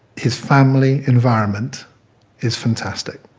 his family environment is fantastic.